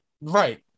Right